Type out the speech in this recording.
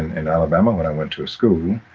in alabama, when i went to a school,